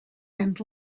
and